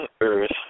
earth